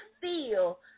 feel